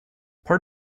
part